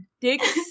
dicks